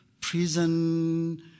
prison